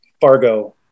Fargo